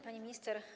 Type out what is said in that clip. Pani Minister!